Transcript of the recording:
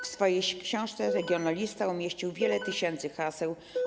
W swojej książce regionalista umieścił wiele tysięcy haseł.